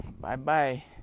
Bye-bye